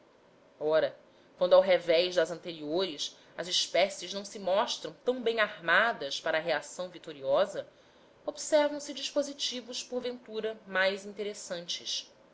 ora quando ao revés das anteriores as espécies não se mostram tão bem armadas para a reação vitoriosa observam se dispositivos porventura mais interessantes